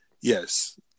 Yes